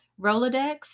Rolodex